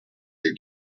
your